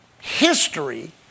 history